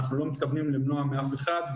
אנחנו לא מתכוונים למנוע מאף אחד.